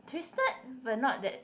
twisted but not that